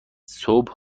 صبح